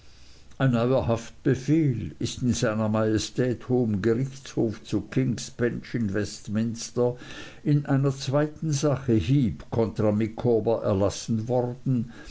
haftbefehl ist in sr majestät hohem gerichtshof zu kingsbench in westminster in einer zweiten sache heep kontra micawber erlassen worden